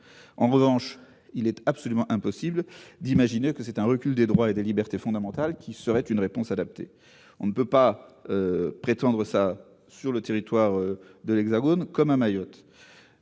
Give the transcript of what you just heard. En revanche, il est absolument impossible d'imaginer que c'est un recul des droits et des libertés fondamentales qui serait une réponse adaptée : on ne peut prétendre cela ni dans l'Hexagone ni à Mayotte.